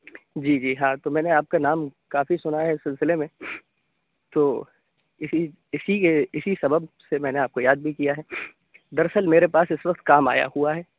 جی جی ہاں تو میں نے آپ کا نام کافی سُنا ہے اِس سلسلے میں تو اِسی اِسی یہ اِسی سبب سے میں نے آپ کو یاد بھی کیا ہے دراصل میرے پاس اس وقت کام آیا ہوا ہے